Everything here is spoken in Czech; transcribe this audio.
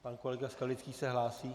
Pan kolega Skalický se hlásí?